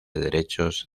derechos